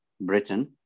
Britain